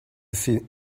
see